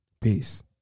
Peace